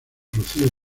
rocío